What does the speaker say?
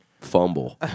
fumble